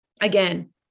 again